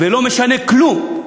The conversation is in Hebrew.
ולא משנה כלום,